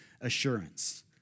assurance